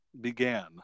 began